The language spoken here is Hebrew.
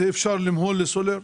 זה אפשר למהול לסולר?